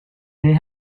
they